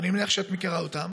ואני מניח שאת מכירה אותם,